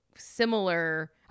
Similar